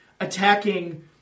attacking